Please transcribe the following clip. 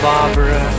Barbara